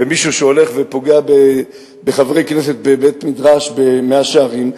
ומישהו שהולך ופוגע בחברי כנסת בבית-מדרש במאה-שערים,